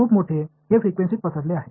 खुप मोठे हे फ्रिक्वेन्सीत पसरले आहे